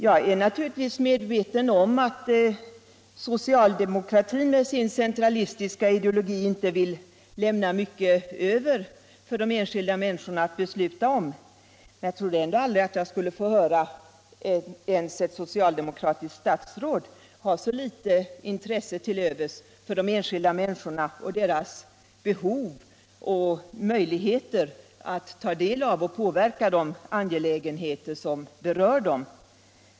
Jag är naturligtvis medveten om att socialdemokratin med sin centralistiska ideologi inte vill lämna mycket kvar för de enskilda människorna att besluta om, men jag trodde ändå aldrig att jag skulle få höra ens ett socialdemokratiskt statsråd ha så litet till övers för de enskilda människorna, deras behov och möjligheter att ta del av och påverka de angelägenheter som berör dem.